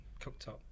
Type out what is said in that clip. cooktop